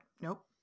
Nope